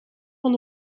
van